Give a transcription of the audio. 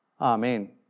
Amen